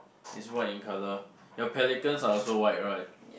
is white in colour your pelicans are also white right